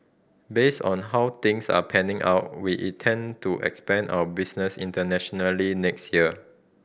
based on how things are panning out we intend to expand our business internationally next year